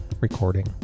recording